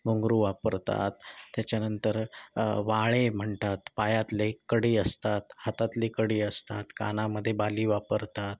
घुंगरू वापरतात त्याच्यानंतर वाळे म्हणतात पायातले कडी असतात हातातली कडी असतात कानामध्ये बाली वापरतात